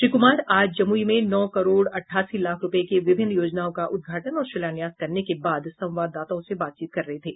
श्री कुमार आज जमुई में नौ करोड़ अठासी लाख रूपये की विभिन्न योजनाओं का उद्घाटन और शिलान्यास करने के बाद संवाददाताओं से बातचीत कर रहे थे